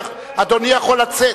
אדוני יכול לצאת.